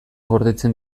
gordetzen